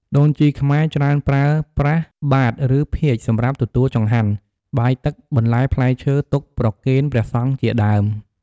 ដូនជីខ្មែរច្រើនប្រើប្រាស់បាត្រឬភាជន៍សម្រាប់ទទួលចង្ហាន់ បាយទឹក បន្លែផ្លែឈើទុកប្រកេនព្រះសង្ឍជាដើម។